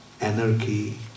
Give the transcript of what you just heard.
anarchy